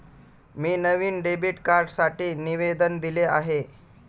मी नवीन डेबिट कार्डसाठी निवेदन दिले आहे